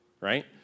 right